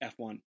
F1